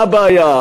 מה הבעיה?